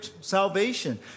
salvation